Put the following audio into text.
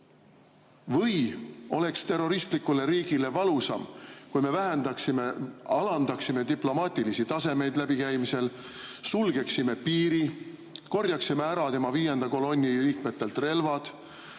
või oleks terroristlikule riigile valusam, kui me vähendaksime, alandaksime diplomaatilisi tasemeid läbikäimisel, sulgeksime piiri, korjaksime ära tema viienda kolonni liikmetelt relvad,